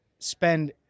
spend